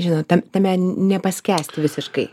žinot tam tame nepaskęsti visiškai